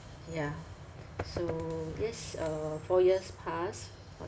yeah so yes uh four years passed